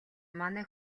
манай